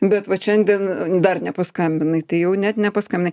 bet vat šiandien dar nepaskambinai tai jau net nepaskambinai